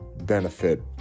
benefit